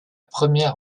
première